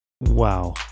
Wow